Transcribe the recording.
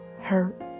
hurt